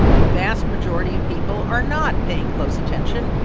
the vast majority of people are not paying close attention,